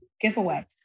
giveaway